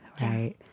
Right